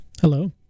Hello